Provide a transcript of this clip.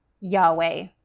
Yahweh